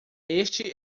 este